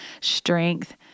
strength